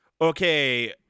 okay